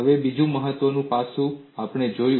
અને બીજું મહત્વનું પાસું પણ આપણે જોયું